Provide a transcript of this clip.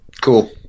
cool